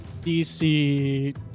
DC